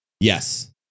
yes